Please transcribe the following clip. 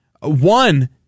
One